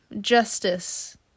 Justice